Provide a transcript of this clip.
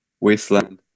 wasteland